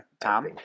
Tom